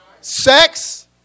sex